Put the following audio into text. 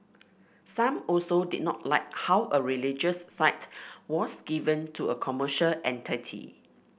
some also did not like how a religious site was given to a commercial entity